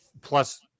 plus